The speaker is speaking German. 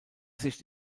sicht